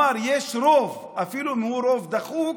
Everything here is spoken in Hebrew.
יש רוב בקרב הציבור, אפילו אם הוא רוב דחוק,